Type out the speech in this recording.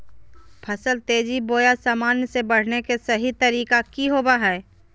फसल तेजी बोया सामान्य से बढने के सहि तरीका कि होवय हैय?